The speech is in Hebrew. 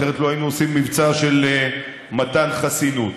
אחרת לא היינו עושים מבצע של מתן חסינות.